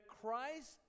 Christ